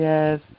Yes